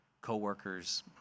co-workers